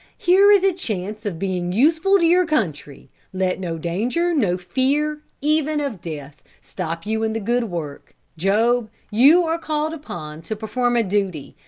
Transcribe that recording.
here is a chance of being useful to your country let no danger, no fear, even of death, stop you in the good work. job, you are called upon to perform a duty,